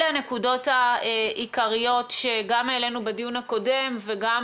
אלה הנקודות העיקריות שהעלינו בדיון הקודם וגם